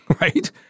right